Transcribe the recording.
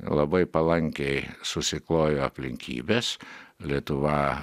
labai palankiai susiklojo aplinkybės lietuva